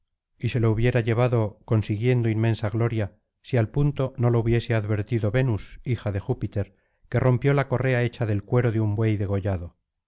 y se lo hubiera llevado consiguiendo inmensa gloria si al punto no lo hubiese advertido venus hija de júpiter que rompió la correa hecha del cuero de un buey degollado